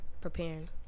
preparing